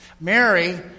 Mary